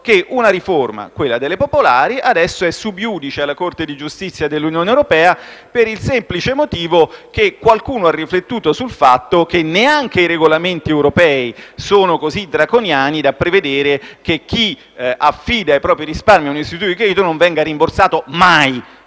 che una riforma, quella delle banche popolari, adesso è *sub iudice* alla Corte di giustizia dell'Unione europea per il semplice motivo che qualcuno ha riflettuto sul fatto che neanche i regolamenti europei sono così draconiani da prevedere che chi affida i propri risparmi a un istituito non venga rimborsato mai,